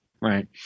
right